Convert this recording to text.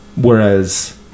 Whereas